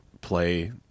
play